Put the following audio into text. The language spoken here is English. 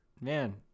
man